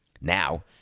Now